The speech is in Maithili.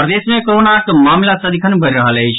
प्रदेश मे कोरोनाक मामिला सदिखन बढ़ि रहल अछि